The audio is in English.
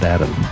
Adam